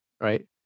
right